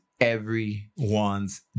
everyone's